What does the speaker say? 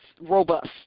robust